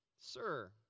Sir